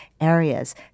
areas